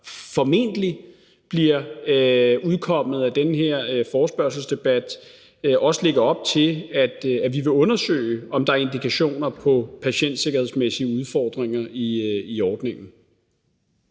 som formentlig bliver udkommet af den her forespørgselsdebat, også lægger op til, at vi vil undersøge, om der er indikationer på patientsikkerhedsmæssige udfordringer i ordningen.